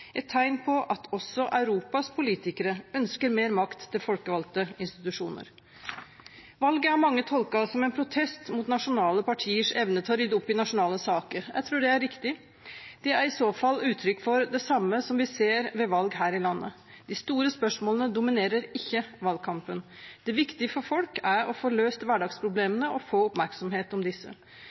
et tegn på at også Europas politikere ønsker mer makt til folkevalgte institusjoner. Valget har mange tolket som en protest mot nasjonale partiers evne til å rydde opp i nasjonale saker. Jeg tror det er riktig. Det er i så fall uttrykk for det samme som vi ser ved valg her i landet: De store spørsmålene dominerer ikke valgkampen. Det viktige for folk er å få løst hverdagsproblemene og få oppmerksomhet om disse.